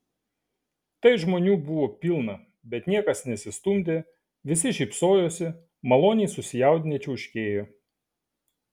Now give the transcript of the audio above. tai žmonių buvo pilna bet niekas nesistumdė visi šypsojosi maloniai susijaudinę čiauškėjo